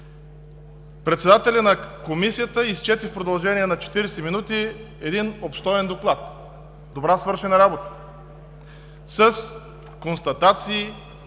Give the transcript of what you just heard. Председателят на Комисията изчете в продължение на четиридесет минути един обстоен Доклад, добра свършена работа с констатации.